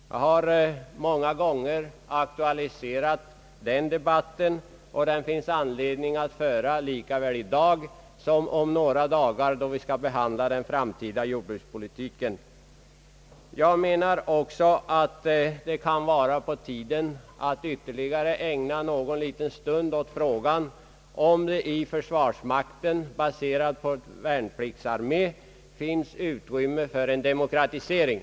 Jag har många gånger aktualiserat den debatten, och det finns anledning att föra den lika väl i dag som om några dagar, då vi skall behandla den framtida jordbrukspolitiken. Jag menar också att det kan vara på tiden att ägna ytterligare en liten stund åt frågan om det inte i vår försvarsmakt, baserad på värnpliktsarmé, finns utrymme för demokratisering.